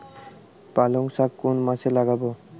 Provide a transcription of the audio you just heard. পালংশাক কোন মাসে লাগাব?